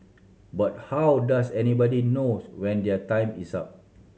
but how does anybody knows when their time is up